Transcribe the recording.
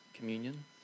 communion